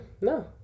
no